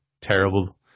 terrible